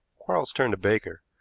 quarles turned to baker.